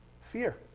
Fear